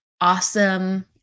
awesome